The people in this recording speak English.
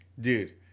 Dude